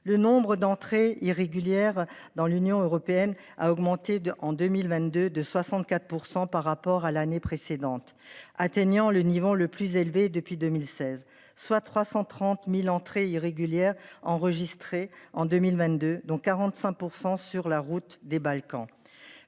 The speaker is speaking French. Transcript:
le nombre d'entrées irrégulières dans l'Union européenne a augmenté de en 2022 de 64% par rapport à l'année précédente, atteignant le niveau le plus élevé depuis 2016, soit 330.000 entrées irrégulières enregistré en 2022 dont 45% sur la route des Balkans.